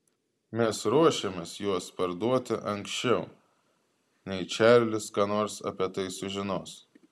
mes ruošiamės juos parduoti anksčiau nei čarlis ką nors apie tai sužinos